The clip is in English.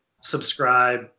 subscribe